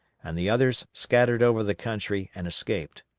and the others scattered over the country and escaped.